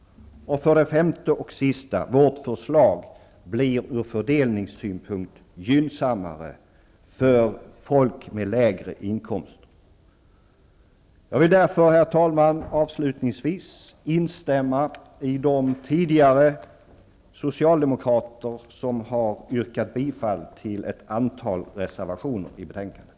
För det femte och sista: Vårt förslag blir från fördelningssynpunkt gynnsammare för folk med lägre inkomster. Jag vill därför, herr talman, avslutningsvis instämma med de socialdemokrater som tidigare har yrkat bifall till ett antal reservationer i betänkandet.